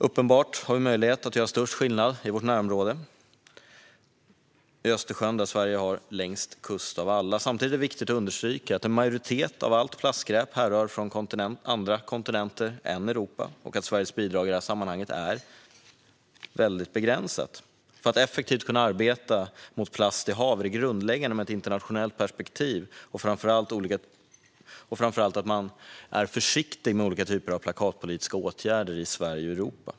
Uppenbarligen har vi möjlighet att göra störst skillnad i vårt närområde i Östersjön, där Sverige har längst kust av alla. Samtidigt är det viktigt att understryka att en majoritet av plastskräpet härrör från andra kontinenter än Europa och att Sveriges bidrag i det här sammanhanget är väldigt begränsat. För att effektivt kunna arbeta mot plast i hav är det grundläggande att ha ett internationellt perspektiv och, framför allt, att man är försiktig med olika typer av plakatpolitiska åtgärder i Sverige och Europa.